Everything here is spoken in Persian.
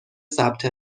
ثبت